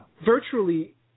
virtually